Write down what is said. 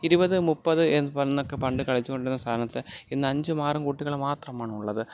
ഇരുപത് മുപ്പത് എന്നൊക്കെ പണ്ട് കളിച്ചുകൊണ്ടിരുന്ന സ്ഥാനത്ത് ഇന്ന് അഞ്ചും ആറും കുട്ടികൾ മാത്രമാണ് ഉള്ളത്